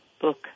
book